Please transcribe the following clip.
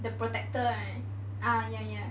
the protector right ah ya ya